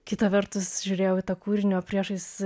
kita vertus žiūrėjau į tą kūrinį o priešais